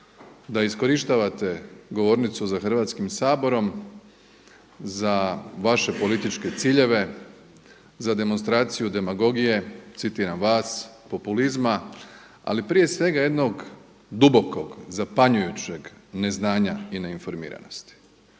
da iskorištavate govornicu za Hrvatskim saborom za vaše političke ciljeve, za demonstraciju demagogije, citiram vas, populizma, ali prije svega jednog dubokog, zapanjujućeg neznanja i ne informiranosti.